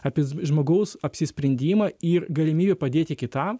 apie žmogaus apsisprendimą ir galimybę padėti kitam